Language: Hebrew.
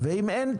אם אין,